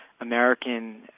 American